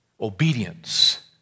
Obedience